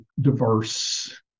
diverse